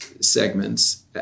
segments